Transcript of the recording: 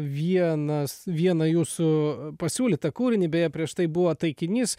vienas vieną jūsų pasiūlytą kūrinį beje prieš tai buvo taikinys